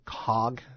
cog